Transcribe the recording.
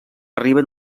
arriben